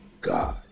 God